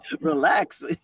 relax